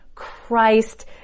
Christ